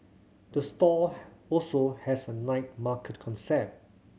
the store also has a night market concept